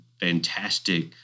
fantastic